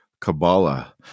Kabbalah